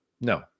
No